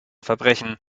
verbrechen